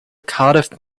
cardiff